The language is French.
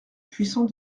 puissant